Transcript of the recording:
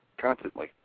constantly